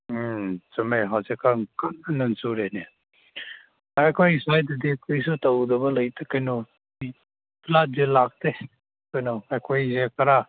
ꯎꯝ ꯆꯨꯝꯃꯦ ꯍꯧꯖꯤꯛꯀꯥꯟ ꯀꯟꯅ ꯆꯨꯔꯦꯅꯦ ꯑꯩꯈꯣꯏ ꯁ꯭ꯋꯥꯏꯗꯗꯤ ꯀꯔꯤꯁꯨ ꯇꯧꯗꯕ ꯂꯩꯇꯦ ꯀꯩꯅꯣ ꯂꯥꯛꯇꯦ ꯀꯩꯅꯣ ꯑꯩꯈꯣꯁꯦ ꯈꯔ